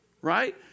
right